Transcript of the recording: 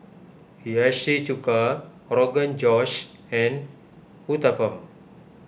Hiyashi Chuka Rogan Josh and Uthapam